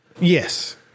Yes